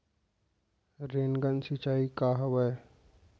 Rain gun सिंचाई का हवय?